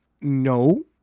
No